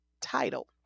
title